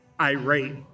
irate